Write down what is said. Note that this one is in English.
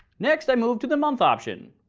next i move to the month option.